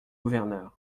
gouverneur